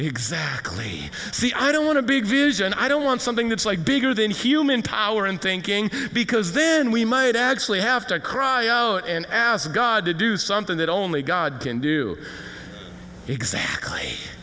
exactly the i don't want to big vision i don't want something that's like bigger than human power and thinking because then we might actually have to cry out and ask god to do something that only god can do exactly